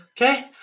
Okay